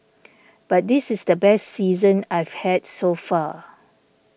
but this is the best season I've had so far